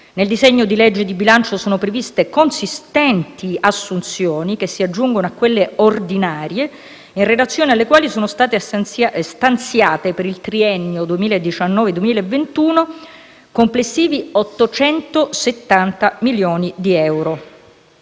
Nel disegno di legge di bilancio sono previste consistenti assunzioni che si aggiungono a quelle ordinarie, in relazione alle quali sono stati stanziati, per il triennio 2019-2021, complessivi 870 milioni di euro.